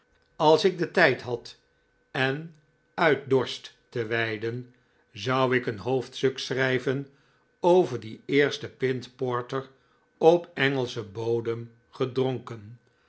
als ik tijd had en uit dorst te weiden zou ik een hoofdstuk schrijven over die eerste pint porter op engelschen bodem gedronken